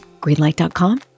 Greenlight.com